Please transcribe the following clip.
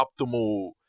optimal